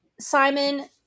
simon